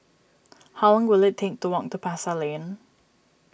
how will it take to walk to Pasar Lane